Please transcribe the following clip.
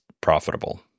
profitable